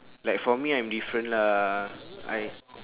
like for me I'm different lah I